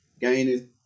gaining